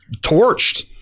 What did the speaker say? torched